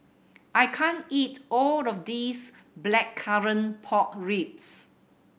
I can't eat all of this Blackcurrant Pork Ribs